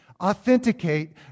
authenticate